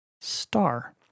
star